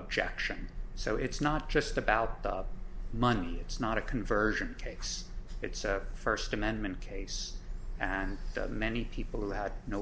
objection so it's not just about the money it's not a conversion cakes it's a first amendment case and many people who had no